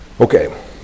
Okay